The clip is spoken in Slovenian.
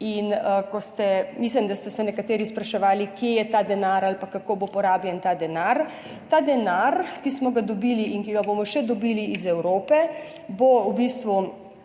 In mislim, da ste se nekateri spraševali, kje je ta denar ali pa kako bo porabljen ta denar. Ta denar, ki smo ga dobili in ki ga bomo še dobili iz Evrope, bo v bistvu